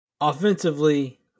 Offensively